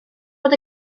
bod